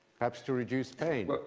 perhaps to reduce pain.